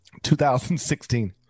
2016